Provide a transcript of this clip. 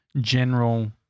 general